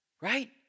Right